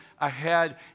ahead